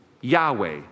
Yahweh